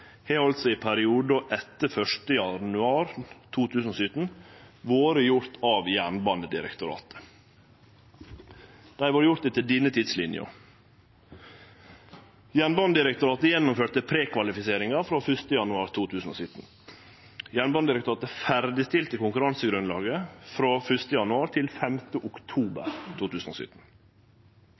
har altså i perioden etter 1. januar 2017 vore gjorde av Jernbanedirektoratet. Dei har vore gjorde etter denne tidslinja: Jernbanedirektoratet gjennomførte prekvalifiseringa frå 1. januar 2017. Jernbanedirektoratet ferdigstilte konkurransegrunnlaget frå 1. januar 2017 til 5. oktober 2017.